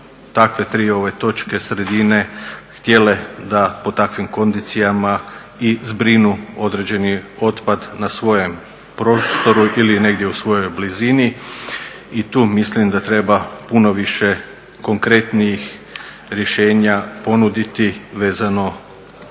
takve tri točke sredine htjele da po takvim kondicijama i zbrinu određeni otpad na svojem prostoru ili negdje u svojoj blizini i tu mislim da treba puno više konkretnijih rješenja ponuditi vezano za